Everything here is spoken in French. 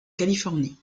californie